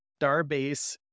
Starbase